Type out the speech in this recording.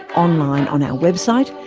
online on our website,